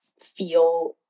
feel